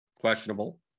questionable